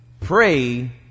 Pray